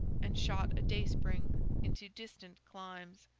and shot a dayspring into distant climes,